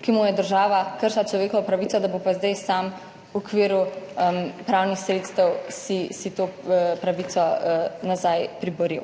ki mu je država kršila človekove pravice, da si bo pa zdaj sam v okviru pravnih sredstev to pravico nazaj priboril.